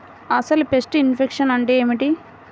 అసలు pest infection అంటే ఏమిటి?